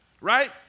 right